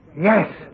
Yes